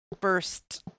first